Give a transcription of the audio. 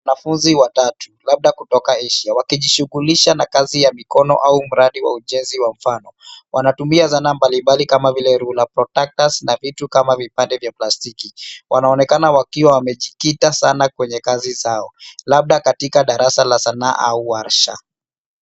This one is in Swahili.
Wanafunzi watatu, labda kutoka Asia wakijishughulisha na kazi ya mikono au mradi wa ujenzi wa mfano. Wanatumia zana mbalimbali kama vile ruler, protracters na vitu kama vipande vya plastiki. Wanaonekana wakiwa wamejikita sana kwenye kazi zao, labda katika darasa la sanaa au warsha.